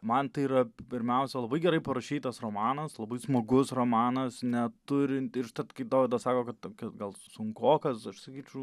man tai yra pirmiausia labai gerai parašytas romanas labai smagus romanas neturint užtat kai dovydas sako kad tokia gal sunkokas aš sakyčiau